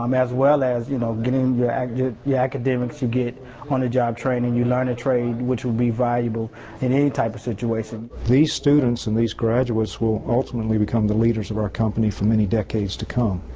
um as well as you know getting your and yeah academics to get on-the-job training. you learn a trade which will be valuable in any type of situation. these students and these graduates will ultimately become the leaders of our company for many decades to come.